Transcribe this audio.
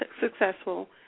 successful